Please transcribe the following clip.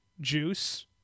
Juice